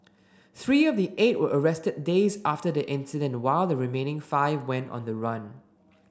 three of the eight were arrested days after the incident while the remaining five went on the run